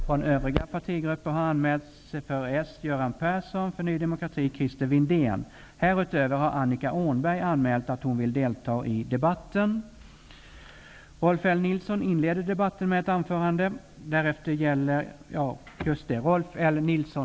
Från övriga partigrupper har anmälts, för Härutöver har Annika Åhnberg anmält att hon vill delta i debatten.